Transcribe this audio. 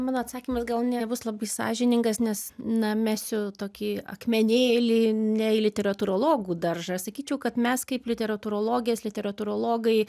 mano atsakymas gal nebus labai sąžiningas nes na mesiu tokį akmenėlį ne į literatūrologų daržą sakyčiau kad mes kaip literatūrologės literatūrologai